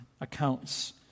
accounts